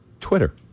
Twitter